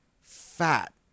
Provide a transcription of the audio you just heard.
fat